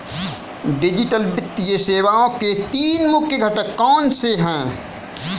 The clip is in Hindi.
डिजिटल वित्तीय सेवाओं के तीन मुख्य घटक कौनसे हैं